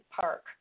Park